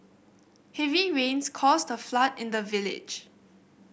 heavy rains caused a flood in the village